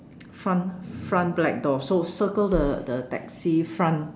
front front black door so circle the the taxi front